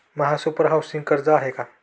महासुपर हाउसिंग कर्ज आहे का?